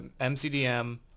MCDM